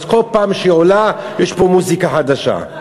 אז כל פעם שהיא עולה יש פה מוזיקה חדשה.